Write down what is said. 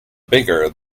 bigger